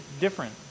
different